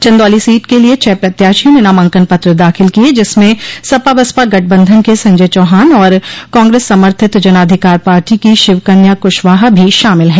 Chandauli seat के लिये छह प्रत्याशियों ने नामांकन पत्र दाखिल किये जिसमें सपा बसपा गठबंधन के संजय चौहान और कांग्रेस समर्थित जनाधिकार पार्टी की शिवकन्या क्शवाहा भी शामिल है